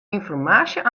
ynformaasje